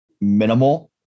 minimal